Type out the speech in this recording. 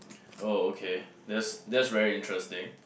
oh okay that's that's very interesting